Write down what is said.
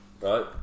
right